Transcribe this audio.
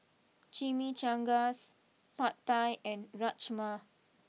Chimichangas Pad Thai and Rajma